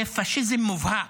זה פשיזם מובהק.